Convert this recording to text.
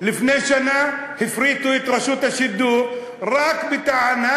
לפני שנה הפריטו את רשות השידור רק בטענה,